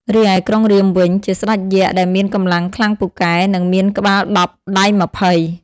រីឯក្រុងរាពណ៍វិញ ជាស្ដេចយក្សដែលមានកម្លាំងខ្លាំងពូកែ និងមានក្បាលដប់ ដៃម្ភៃ ។